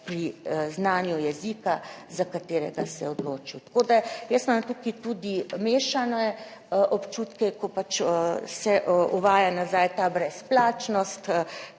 pri znanju jezika, za katerega se je odločil. Tako da jaz imam tukaj tudi mešane občutke, ko pač se uvaja nazaj ta brezplačnost,